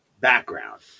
background